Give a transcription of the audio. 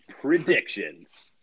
predictions